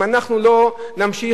אם אנחנו לא נמשיך,